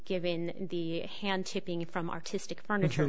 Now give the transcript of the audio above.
given the hand tipping from artistic furniture